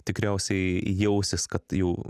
tikriausiai jausis kad jau